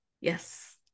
yes